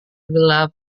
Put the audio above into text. gelap